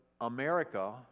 America